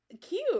cute